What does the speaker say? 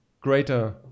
greater